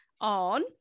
on